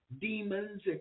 demons